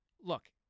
Look